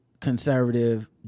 conservative